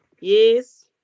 Yes